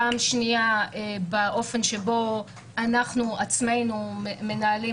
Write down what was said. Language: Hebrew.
פעם שנייה באופן שבו אנחנו עצמנו מנהלים